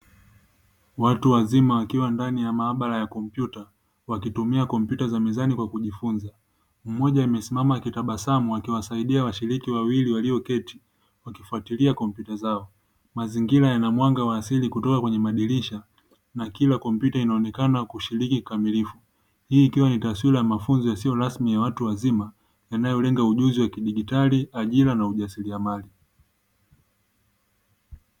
Watu wazima wakiwa ndani ya maabara ya kompyuta, wakitumia kompyuta za mezani kwa kujifunza. Mmoja amesimama akitabasamu, akiwasaidia washiriki wawili walioketi wakifuatilia kompyuta zao. Mazingira yana mwanga wa asili kutoka kwenye madirisha na kila kompyuta inaonekana kushiriki kikamilifu. Hii ikiwa ni taswira ya mafunzo yasiyo rasmi ya watu wazima, yanayolenga ujuzi wa kidijitali, ajira na ujasiriamali.